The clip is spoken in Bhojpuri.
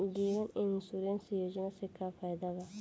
जीवन इन्शुरन्स योजना से का फायदा बा?